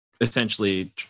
essentially